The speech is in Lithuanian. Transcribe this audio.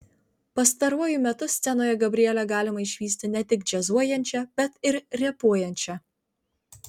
pastaruoju metu scenoje gabrielę galima išvysti ne tik džiazuojančią bet ir repuojančią